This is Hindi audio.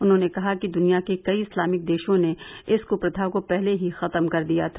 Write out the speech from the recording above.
उन्होंने कहा कि दूनिया के कई इस्लामिक देशों ने इस कुप्रथा को पहले ही खत्म कर दिया था